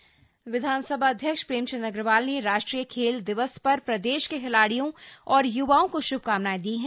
राष्ट्रीय खेल दिवस विधानसभा अध्यक्ष प्रेमचंद अग्रवाल ने राष्ट्रीय खेल दिवस पर प्रदेश के खिलाड़ियों और य्वाओं को श्भकामनाएं दी हैं